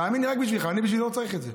תאמין לי, רק בשבילך, בשבילי אני לא צריך את זה,